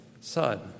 Son